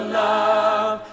love